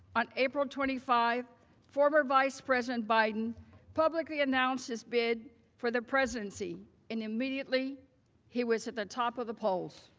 on april twenty five, the former vice president biden publicly announced his bid for the presidency and immediately he was at the top of the polls.